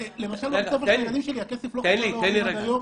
למשל בבית ספר של הילדים שלי הכסף לא חזר להורים עד היום.